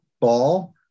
ball